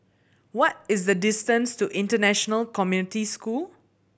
what is the distance to International Community School